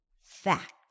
fact